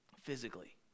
physically